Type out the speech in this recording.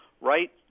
right